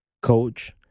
coach